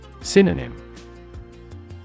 Synonym